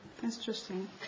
Interesting